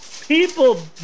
people